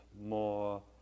more